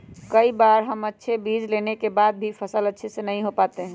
कई बार हम अच्छे बीज लेने के बाद भी फसल अच्छे से नहीं हो पाते हैं?